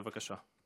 בבקשה.